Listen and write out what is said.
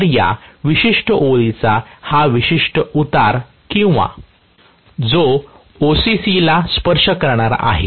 तर या विशिष्ट ओळीचा हा विशिष्ट उतार किंवा जो OCC ला स्पर्श करणारा आहे